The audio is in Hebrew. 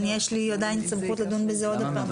יש לי עדיין סמכות לדון בזה עוד הפעם.